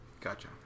gotcha